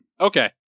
Okay